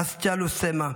אסצ'אלו סמה,